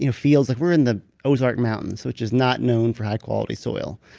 you know fields. like we're in the ozark mountains, which is not known for high quality soil,